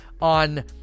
on